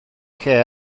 lle